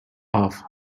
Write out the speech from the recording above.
off